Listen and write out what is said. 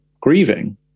grieving